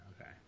Okay